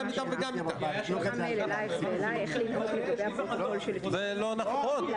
והעלה את זה גם עוד חבר